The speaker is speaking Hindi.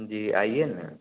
जी आइए ना